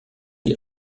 die